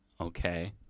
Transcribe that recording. okay